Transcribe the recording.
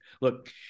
Look